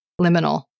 liminal